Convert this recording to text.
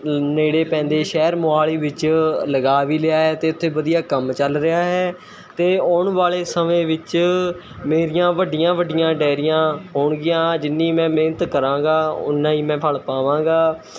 ਨੇੜੇ ਪੈਂਦੇ ਸ਼ਹਿਰ ਮੋਹਾਲੀ ਵਿੱਚ ਲਗਾ ਵੀ ਲਿਆ ਹੈ ਅਤੇ ਉੱਥੇ ਵਧੀਆ ਕੰਮ ਚੱਲ ਰਿਹਾ ਹੈ ਅਤੇ ਆਉਣ ਵਾਲੇ ਸਮੇਂ ਵਿੱਚ ਮੇਰੀਆਂ ਵੱਡੀਆਂ ਵੱਡੀਆਂ ਡੈਅਰੀਆਂ ਹੋਣਗੀਆਂ ਜਿੰਨੀ ਮੈਂ ਮਿਹਨਤ ਕਰਾਂਗਾ ਉੱਨਾਂ ਹੀ ਮੈਂ ਫਲ਼ ਪਾਵਾਂਗਾ